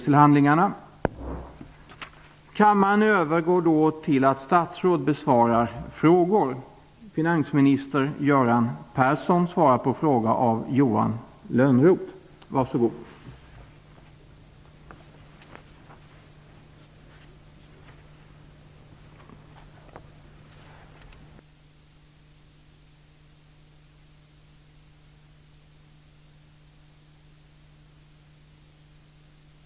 Innan jag ger ordet till nästa talare, som är finansminister Göran Persson, vill jag meddela att Marianne Samuelsson har medgivits rätt till en extra replikomgång.